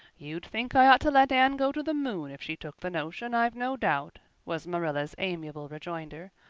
you'd think i ought to let anne go to the moon if she took the notion, i've no doubt was marilla's amiable rejoinder.